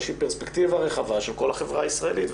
שהיא פרספקטיבה רחבה של כל החברה הישראלית,